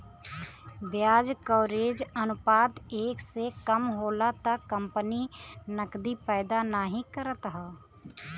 ब्याज कवरेज अनुपात एक से कम होला त कंपनी नकदी पैदा नाहीं करत हौ